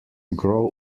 grow